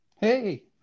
Hey